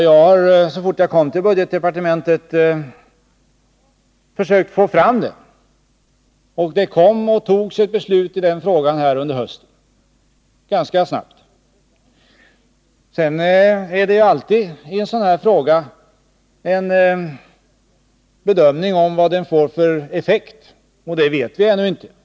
Jag försökte, så fort jag kom till budgetdepartementet, få fram det förslaget. Det fattades ett beslut i den frågan under hösten, vilket var ganska snabbt. Vad detta beslut får för effekt är alltid en bedömningssak — det vet vi inte ännu.